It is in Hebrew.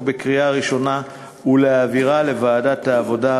בקריאה ראשונה ולהעבירה לוועדת העבודה,